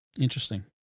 interesting